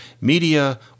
media